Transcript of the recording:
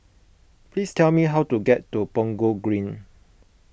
please tell me how to get to Punggol Green